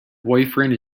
boyfriend